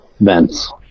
vents